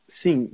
sim